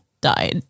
died